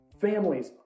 families